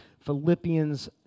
Philippians